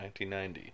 1990